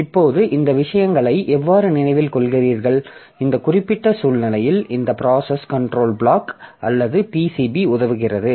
இப்போது இந்த விஷயங்களை எவ்வாறு நினைவில் கொள்கிறீர்கள் இந்த குறிப்பிட்ட சூழ்நிலையில் இந்தப்ராசஸ் கன்ட்ரோல் பிளாக் அல்லது PCB உதவுகிறது